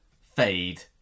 fade